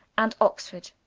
and oxford.